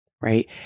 right